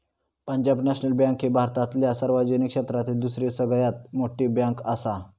Punjab National Bank ही भारतातल्या सार्वजनिक क्षेत्रातली दुसरी सगळ्यात मोठी बँकआसा